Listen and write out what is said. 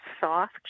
soft